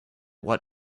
what